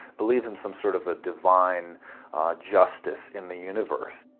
believes in some sort of a divine justice in the universe.